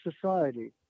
society